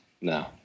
No